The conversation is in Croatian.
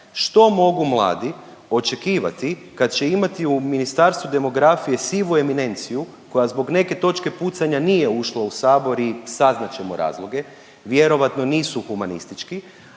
Što mogu mladi očekivati kad će imati u Ministarstvu demografije sivu eminenciju koja zbog neke točke pucanja nije ušla u sabor i saznat ćemo razloge, vjerojatno nisu humanistički,